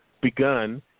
begun